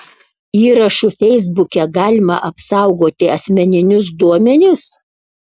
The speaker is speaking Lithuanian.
įrašu feisbuke galima apsaugoti asmeninius duomenis